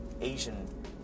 Asian